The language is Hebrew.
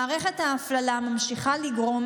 מערכת ההפללה ממשיכה לגרום